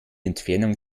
entfernung